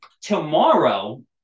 tomorrow